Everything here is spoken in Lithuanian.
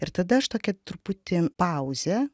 ir tada aš tokią truputį pauzę